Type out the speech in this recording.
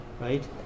right